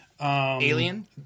Alien